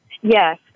Yes